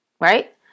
Right